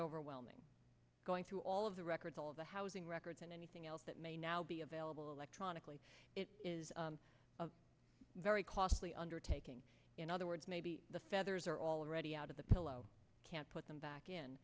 overwhelming going through all of the records all of the housing records and anything else that may now be available electronically is very costly undertaking in other words maybe the feathers are already out of the pillow can't put them back in